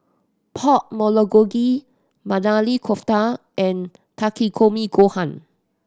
Pork Bulgogi Maili Kofta and Takikomi Gohan